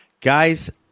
Guys